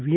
V